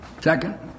Second